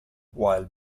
while